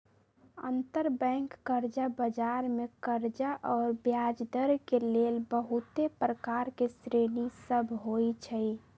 अंतरबैंक कर्जा बजार मे कर्जा आऽ ब्याजदर के लेल बहुते प्रकार के श्रेणि सभ होइ छइ